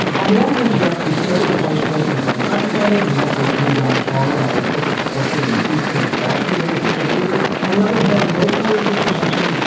on the one hand, jeff, the scope of the punishments is unprecedented. manfred came down hard on a corporate culture in houston that fostered illicit behavior. on the other hand, no players were sanctioned.